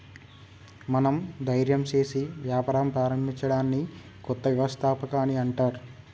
మనం ధైర్యం సేసి వ్యాపారం ప్రారంభించడాన్ని కొత్త వ్యవస్థాపకత అని అంటర్